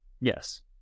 Yes